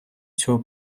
цього